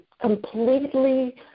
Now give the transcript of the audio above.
completely